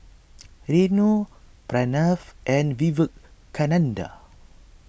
Renu Pranav and Vivekananda